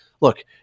look